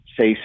say